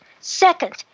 Second